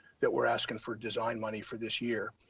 that we're asking for design money for this year.